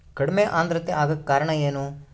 ಕಡಿಮೆ ಆಂದ್ರತೆ ಆಗಕ ಕಾರಣ ಏನು?